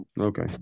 Okay